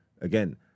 again